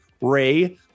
Ray